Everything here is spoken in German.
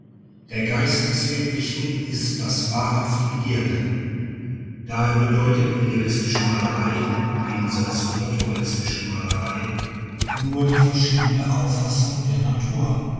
der geist des wirklichen ist das wahrhaft ideelle daher bedeutet idealistische malerei im gegensatze zur naturalistischen malerei nur die verschiedene auffassung der natur